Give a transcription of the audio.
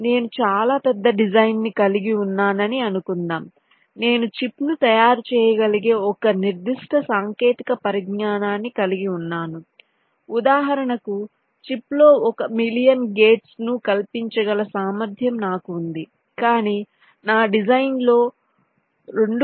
నేను చాలా పెద్ద డిజైన్ను కలిగి ఉన్నానని అనుకుందాం నేను చిప్ను తయారు చేయగలిగే ఒక నిర్దిష్ట సాంకేతిక పరిజ్ఞానాన్ని కలిగి ఉన్నాను ఉదాహరణకు చిప్లో 1 మిలియన్ గెట్స్ను కల్పించగల సామర్థ్యం నాకు ఉంది కాని నా డిజైన్లో 2